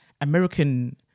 American